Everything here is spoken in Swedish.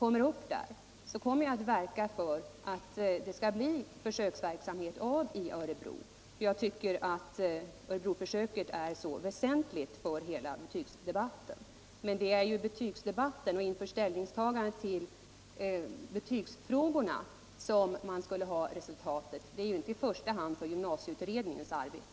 upp där, verka för att en försöksverksamhet kommer till stånd i Örebro. Jag tycker nämligen att Örebroförsöket är väsentligt för hela betygsdebatten. Men resultatet av försöksverksamheten skulle ju användas i betygsdebatten och inför ställningstagandoet till betygsfrågorna, inte i första hand i gymnasieutredningens arbete.